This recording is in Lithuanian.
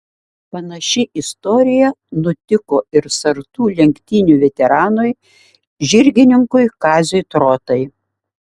panaši istorija nutiko ir sartų lenktynių veteranui žirgininkui kaziui trotai